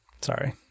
sorry